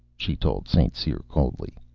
she told st. cyr coldly.